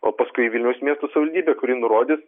o paskui į vilniaus miesto savivaldybę kuri nurodys